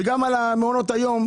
גם על מעונות היום,